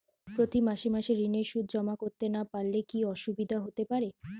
প্রতি মাসে মাসে ঋণের সুদ জমা করতে না পারলে কি অসুবিধা হতে পারে?